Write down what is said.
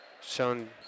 shown